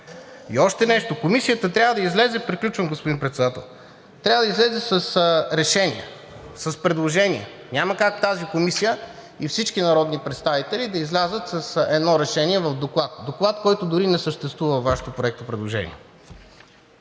И още нещо, комисията трябва да излезе… Приключвам, господин Председател. …трябва да излезе с решения, с предложения. Няма как тази комисия и всички народни представители да излязат с едно решение в доклад, който дори не съществува във Вашето проектопредложение.